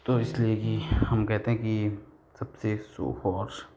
तो इसलिए कि हम कहते हैं कि